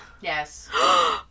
Yes